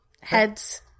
Heads